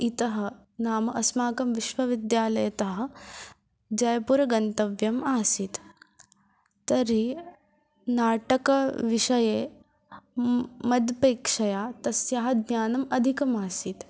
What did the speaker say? इतः नाम अस्माकं विश्वविद्यालयतः जयपुरगन्तव्यम् आसीत् तर्हि नाटकविषये मदपेक्षया तस्याः ज्ञानम् अधिकमासीत्